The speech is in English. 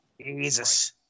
Jesus